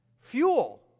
fuel